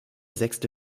sechste